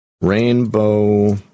Rainbow